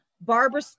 Barbara